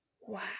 wow